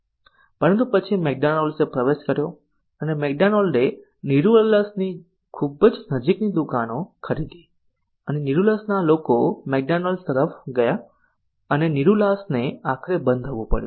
પરંતુ પછી મેકડોનાલ્ડ્સે પ્રવેશ કર્યો અને મેકડોનાલ્ડે નિરુલસની ખૂબ જ નજીકની દુકાનો ખરીદી અને નિરુલસના લોકો મેકડોનાલ્ડ્સ તરફ ગયા અને નિરુલાસને આખરે બંધ થવું પડ્યું